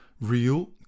real